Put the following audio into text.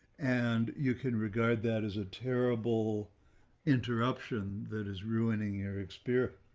and you can regard that as a terrible interruption that is ruining your experience,